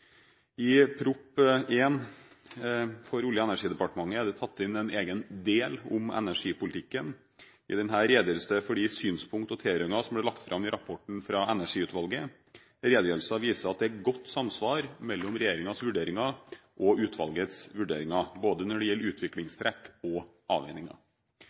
I Prop. 1 S for 2012–2013 fra Olje- og energidepartementet er det tatt inn en egen del om energipolitikken. I den redegjøres det for de synspunkter og prioriteringer som ble lagt fram i rapporten fra Energiutvalget. Redegjørelsen viser at det er godt samsvar mellom regjeringens vurderinger og utvalgets vurderinger når det gjelder både utviklingstrekk og avveininger.